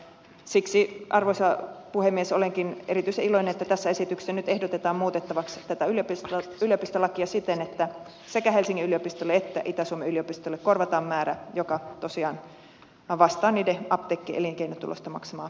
siksi arvoisa puhemies olenkin erityisen iloinen että tässä esityksessä nyt ehdotetaan muutettavaksi tätä yliopistolakia siten että sekä helsingin yliopistolle että itä suomen yliopistolle korvataan määrä joka tosiaan vastaa niiden apteekkielinkeinotulosta maksamaa yhteisöveroa